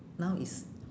now it's